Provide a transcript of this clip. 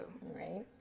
Right